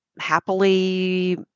happily